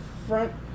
front